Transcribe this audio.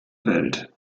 welt